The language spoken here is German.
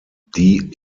die